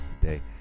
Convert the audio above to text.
today